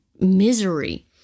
misery